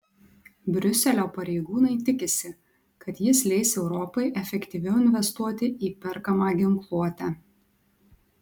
briuselio pareigūnai tikisi kad jis leis europai efektyviau investuoti į perkamą ginkluotę